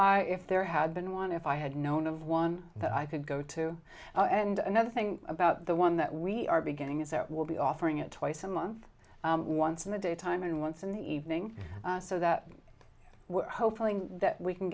ali if there had been won if i had known of one that i could go to and another thing about the one that we are beginning is that we'll be offering it twice a month once in the daytime and once in the evening so that we're hopeful that we can